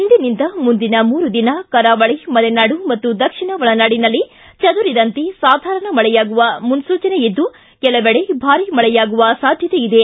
ಇಂದಿನಿಂದ ಮುಂದಿನ ಮೂರು ದಿನ ಕರಾವಳಿ ಮಲೆನಾಡು ಮತ್ತು ದಕ್ಷಿಣ ಒಳನಾಡಿನಲ್ಲಿ ಚದುರಿದಂತೆ ಸಾಧಾರಣ ಮಳೆಯಾಗುವ ಮುನ್ಲುಚನೆ ಇದ್ದು ಕೆಲವೆಡೆ ಭಾರಿ ಮಳೆಯಾಗುವ ಸಾಧ್ಯತೆಯಿದೆ